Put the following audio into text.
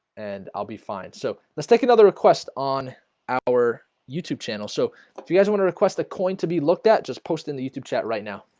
and i'll be fine, so let's take another request on our youtube channel so if you guys want to request a coin to be looked at just posted in the youtube chat right now